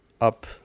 up